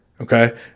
Okay